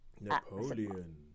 Napoleon